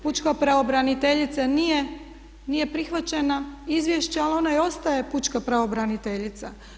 Pučka pravobraniteljica nije prihvaćeno izvješće ali ona ostaje pučka pravobraniteljica.